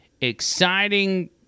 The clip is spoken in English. exciting